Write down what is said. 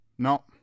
No